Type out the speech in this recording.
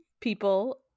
people